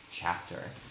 chapter